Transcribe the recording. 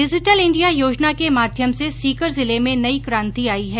digital India योजना के माध्यम से सीकर जिले में नई क्रांति आई है